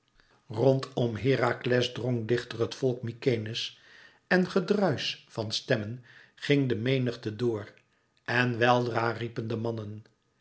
rondom herakles drong dichter het volk mykenæ's en gedruisch van stemmen ging de menigte door en weldra riepen de mannen